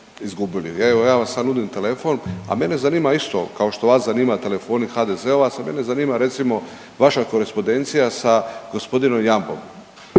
ja vam sad nudim telefon, a mene zanima isto kao što vas zanima telefoni HDZ-ovaca mene zanima recimo vaša korespondencija sa gospodinom Jambom.